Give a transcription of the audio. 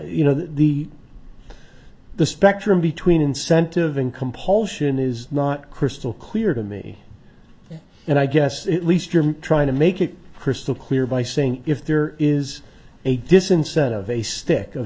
you know the the spectrum between incentive and compulsion is not crystal clear to me and i guess at least you're trying to make it crystal clear by saying if there is a disincentive a stick of